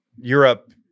Europe